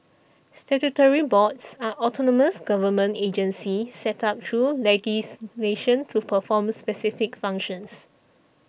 statutory boards are autonomous government agencies set up through legislation to perform specific functions